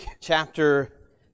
chapter